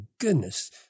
goodness